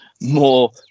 more